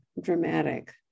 dramatic